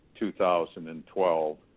2012